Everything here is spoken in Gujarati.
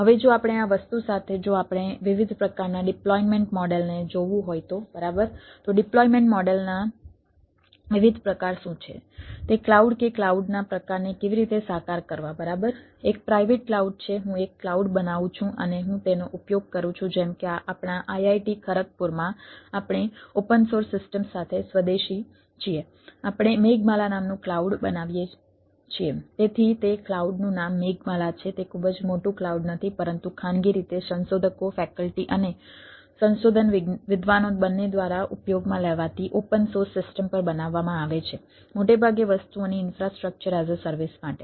હવે જો આપણે આ વસ્તુ સાથે જો આપણે વિવિધ પ્રકારના ડિપ્લોયમેન્ટ અને સંશોધન વિદ્વાનો બંને દ્વારા ઉપયોગમાં લેવાતી ઓપન સોર્સ સિસ્ટમ પર બનાવવામાં આવે છે મોટે ભાગે વસ્તુઓની ઇન્ફ્રાસ્ટ્રક્ચર એઝ અ સર્વિસ માટે